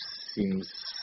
seems